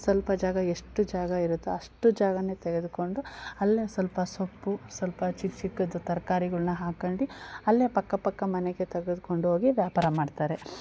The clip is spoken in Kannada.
ಸ್ವಲ್ಪ ಜಾಗ ಎಷ್ಟು ಜಾಗ ಇರುತ್ತೋ ಅಷ್ಟು ಜಾಗನೇ ತೆಗೆದುಕೊಂಡು ಅಲ್ಲೇ ಸ್ವಲ್ಪ ಸೊಪ್ಪು ಸ್ವಲ್ಪ ಚಿಕ್ಕ ಚಿಕ್ಕದು ತರಕಾರಿಗಳ್ನ ಹಾಕಂಡು ಅಲ್ಲೇ ಪಕ್ಕಪಕ್ಕ ಮನೆಗೆ ತೆಗೆದ್ಕೊಂಡು ಹೋಗಿ ವ್ಯಾಪಾರ ಮಾಡ್ತಾರೆ